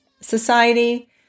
society